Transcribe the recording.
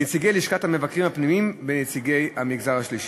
נציגי לשכת המבקרים הפנימיים ונציגי המגזר השלישי.